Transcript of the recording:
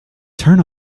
turn